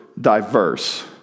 diverse